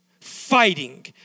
Fighting